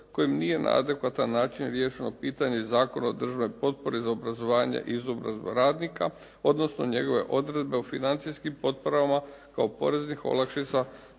kojim nije na adekvatan način riješeno pitanje Zakona o državnoj potpori za obrazovanje i izobrazbu radnika, odnosno njegove odredbe o financijskim potporama kao poreznih olakšica